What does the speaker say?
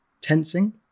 tensing